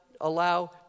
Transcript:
allow